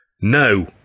No